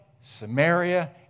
Samaria